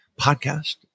podcast